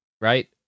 Right